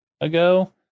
ago